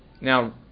Now